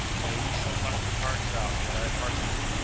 nay, you shall fight your hearts out ere i part you.